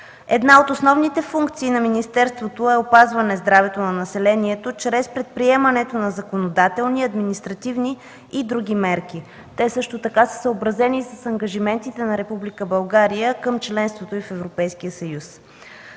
Една от основните функции на министерството е опазване здравето на населението чрез приемането на законодателни, административни и други мерки. Те също така са съобразени с ангажиментите на Република България към членството й в